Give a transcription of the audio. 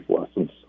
lessons